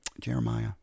Jeremiah